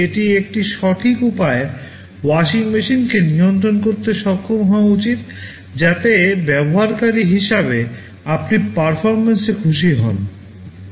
এটি একটি সঠিক উপায়ে ওয়াশিং মেশিনকে নিয়ন্ত্রণ করতে সক্ষম হওয়া উচিত যাতে ব্যবহারকারী হিসাবে আপনি পারফরম্যান্সে খুশি হন